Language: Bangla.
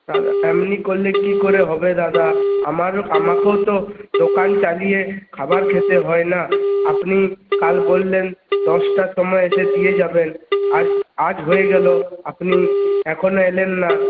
দাদা এমনি করলে কি করে হবে দাদা আমারও আমাকেও তো দোকান চালিয়ে খাবার খেতে হয় না আপনি কাল বললেন দশটার সময় এসে দিয়ে যাবেন আর আজ হয়ে গেল আপনি এখনও এলেন না